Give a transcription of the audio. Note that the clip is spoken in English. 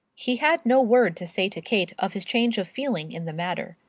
he had no word to say to kate of his change of feeling in the matter.